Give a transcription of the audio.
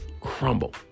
crumble